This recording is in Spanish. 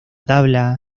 tabla